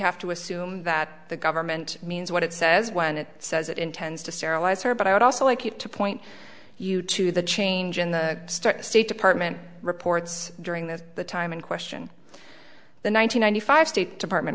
have to assume that the government means what it says when it says it intends to sterilize her but i would also like to point you to the change in the start state department reports during this time in question the one thousand nine hundred five state department